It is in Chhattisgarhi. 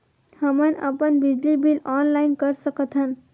हमन अपन बिजली बिल ऑनलाइन कर सकत हन?